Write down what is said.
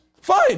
Fine